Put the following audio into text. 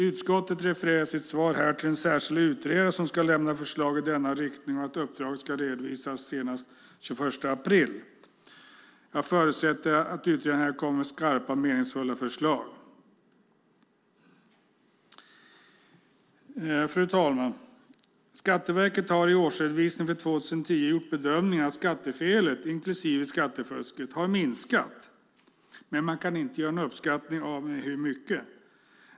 Utskottet refererar i sitt svar till den särskilda utredare som ska lämna förslag i denna riktning och att uppdraget ska redovisas senast den 21 april. Jag förutsätter att utredaren här kommer med skarpa och verkningsfulla förslag. Fru talman! Skatteverket har i årsredovisningen för 2010 gjort bedömningen att skattefelet, inklusive skattefusket, har minskat, men man kan inte göra någon uppskattning av med hur mycket.